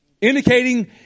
indicating